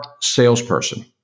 salesperson